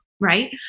right